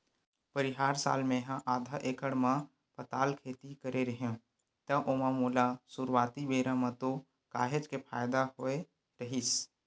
परिहार साल मेहा आधा एकड़ म पताल खेती करे रेहेव त ओमा मोला सुरुवाती बेरा म तो काहेच के फायदा होय रहिस